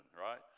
right